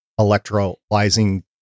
electrolyzing